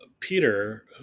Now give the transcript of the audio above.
Peter